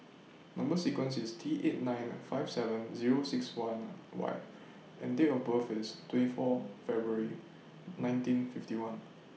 Number sequence IS T eight nine five seven Zero six one Y and Date of birth IS twenty four February nineteen fifty one